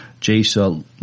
Jace